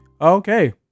Okay